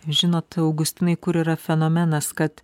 žinot augustinai kur yra fenomenas kad